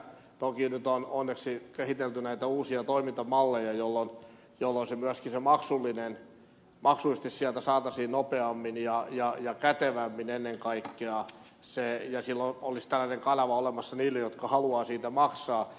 toki nyt on onneksi kehitelty näitä uusia toimintamalleja jolloin se myöskin maksullisesti sieltä saataisiin nopeammin ja kätevämmin ennen kaikkea ja silloin olisi tällainen kanava olemassa niille jotka haluavat siitä maksaa